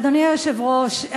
אדוני היושב-ראש,